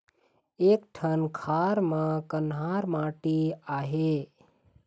एक ठन खार म कन्हार माटी आहे?